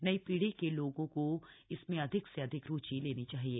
नई पीढ़ी के लोगों को इसमें अधिक से अधिक रूचि लेनी चाहिये